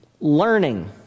learning